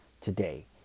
today